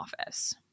office